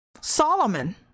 Solomon